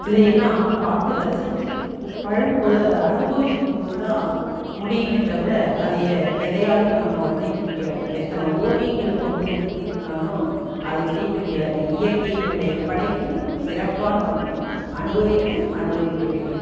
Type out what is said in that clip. இதுயெல்லாம் பார்த்து ரசிச்சுப் பழகும் போது அது அனுபவிக்கும் போதுதான் முடியுமே தவிர அதையே எதையாலையும் நம்ம வர்ணிக்க முடியாது எத்தனை ஓவியங்களை கொண்டு வந்து தீட்டுனாலும் அதை தீட்ட முடியாது இயற்கையினுடைய படைப்பு சிறப்பான ஒன்று அனுபவித்து அனுபவிக்க வேண்டும்